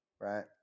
Right